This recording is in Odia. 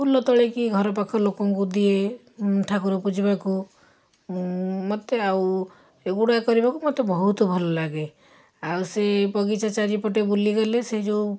ଫୁଲ ତୋଳିକି ଘର ପାଖ ଲୋକଙ୍କୁ ଦିଏ ଠାକୁର ପୂଜିବାକୁ ମୋତେ ଆଉ ଏଗୁଡ଼ା କରିବାକୁ ମୋତେ ବହୁତ ଭଲଲାଗେ ଆଉ ସେ ବଗିଚା ଚାରିପଟେ ବୁଲିଗଲେ ସେ ଯେଉଁ